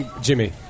Jimmy